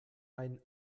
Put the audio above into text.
ein